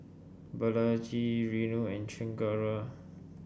Balaji Renu and Chengara